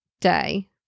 day